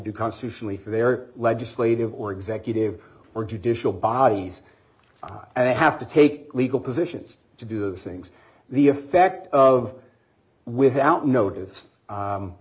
do constitutionally for their legislative or executive or judicial bodies i have to take legal positions to do things the effect of without notice